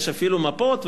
יש אפילו מפות,